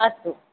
अस्तु